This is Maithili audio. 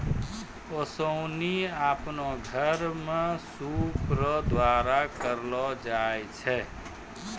ओसानी आपनो घर मे सूप रो द्वारा करलो जाय छै